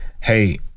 Hey